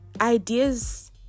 ideas